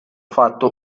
fatto